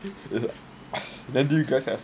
then do you guys have